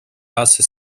lase